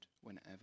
whenever